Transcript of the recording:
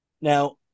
now